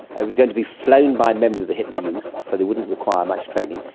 it was going to be flown by members of the hitler youth, so they wouldn't require much training,